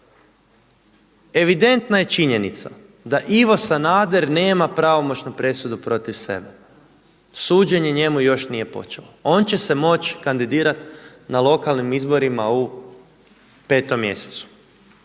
Evidentna je činjenica da Ivo Sanader nema pravomoćnu presudu protiv sebe. Suđenje njemu još nije počelo. On će se moć kandidirati na lokalnim izborima u 5. mjesecu.